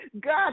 God